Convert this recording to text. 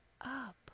up